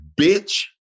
bitch